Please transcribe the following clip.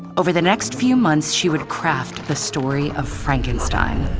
over the next few months, she would craft the story of frankenstein.